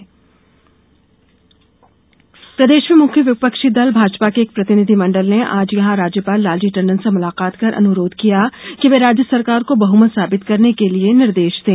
floor test प्रदेश में मुख्य विपक्षी दल भाजपा के एक प्रतिनिधिमंडल ने आज यहां राज्यपाल लालजी टंडन ने मुलाकात कर अनुरोध किया वे राज्य सरकार को बहुमत साबित करने के लिए निर्देश दें